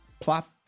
plop